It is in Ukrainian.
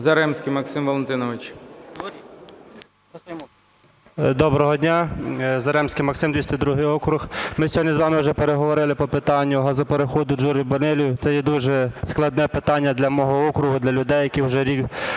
Заремський Максим Валентинович. 10:26:43 ЗАРЕМСЬКИЙ М.В. Доброго дня! Заремський Максим, 202 округ. Ми сьогодні з вами вже переговорили по питанню газопереходу "Джурів–Банилів". Це є дуже складне питання для мого округу, для людей, які вже рік